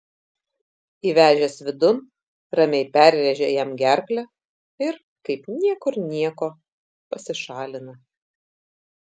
įvežęs vidun ramiai perrėžia jam gerklę ir kaip niekur nieko pasišalina